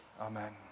Amen